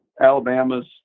Alabama's